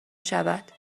شود